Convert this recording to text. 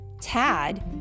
Tad